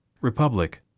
Republic